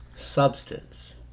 substance